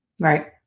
Right